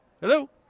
Hello